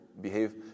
behave